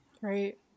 Right